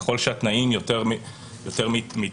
ככל שהתנאים יותר מיטיבים,